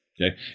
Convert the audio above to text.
okay